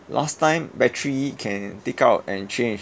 last time battery can take out and change